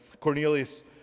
Cornelius